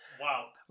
Wow